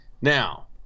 Now